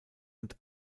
und